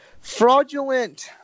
Fraudulent